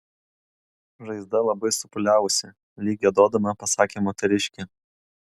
žaizda labai supūliavusi lyg giedodama pasakė moteriškė